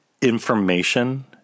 information